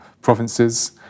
provinces